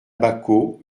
baquo